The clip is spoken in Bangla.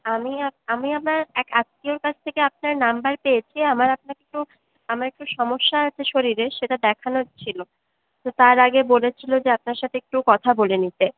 আমি আমি আমার এক আত্মীয়র কাছ থেকে আপনার নম্বর পেয়েছি আমার আপনাকে একটু আমার একটা সমস্যা আছে শরীরে সেটা দেখানোর ছিল তো তার আগে বলেছিলো যে আপনার সাথে একটু কথা বলে নিতে